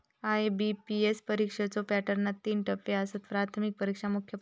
IBPS परीक्षेच्यो पॅटर्नात तीन टप्पो आसत, प्राथमिक परीक्षा, मुख्य परीक्षा